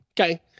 Okay